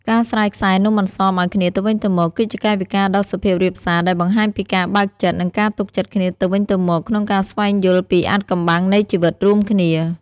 ការស្រាយខ្សែនំអន្សមឱ្យគ្នាទៅវិញទៅមក គឺជាកាយវិការដ៏សុភាពរាបសារដែលបង្ហាញពីការបើកចិត្ត និងការទុកចិត្តគ្នាទៅវិញទៅមកក្នុងការស្វែងយល់ពីអាថ៌កំបាំងនៃជីវិតរួមគ្នា។